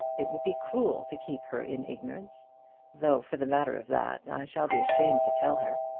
it would be cruelty to keep her in ignorance though for the matter of that i shall be ashamed to tell her.